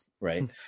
right